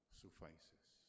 suffices